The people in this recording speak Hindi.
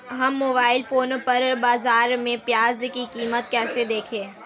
हम मोबाइल फोन पर बाज़ार में प्याज़ की कीमत कैसे देखें?